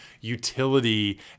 utility